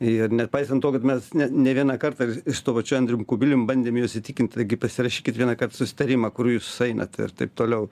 ir nepaisant to kad mes ne ne vieną kartą ir ir su tuo pačiu andrium kubilium bandėm juos įtikint pasirašykit vienąkart susitarimą kur jūs einat ir taip toliau